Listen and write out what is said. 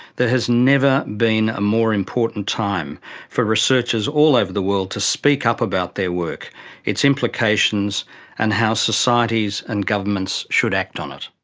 there has never been a more important time for researchers all over the world to speak up about their work its implications and how societies and governments should act on it.